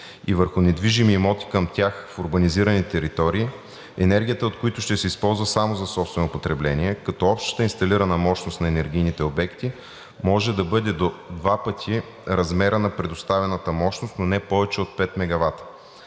и върху недвижими имоти към тях в урбанизирани територии, енергията от които ще се използва само за собствено потребление, като общата инсталирана мощност на енергийните обекти може да бъде до два пъти размера на предоставената мощност, но не повече от 5 MW.